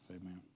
Amen